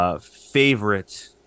Favorite